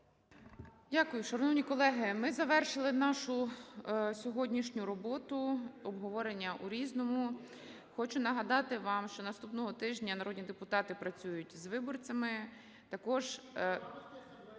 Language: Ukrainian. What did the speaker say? Дякую. Шановні колеги, ми завершили нашу сьогоднішню роботу, обговорення у "Різному". Хочу нагадати вам, що наступного тижня народні депутати працюють з виборцями